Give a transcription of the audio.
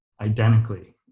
identically